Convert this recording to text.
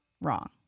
wrong